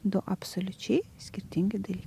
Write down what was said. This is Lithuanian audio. du absoliučiai skirtingi dalykai